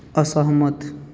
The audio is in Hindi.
असहमत